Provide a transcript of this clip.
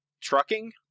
trucking